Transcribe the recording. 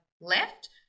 left